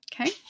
Okay